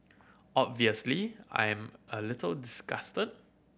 obviously I am a little disgusted